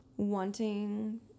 Wanting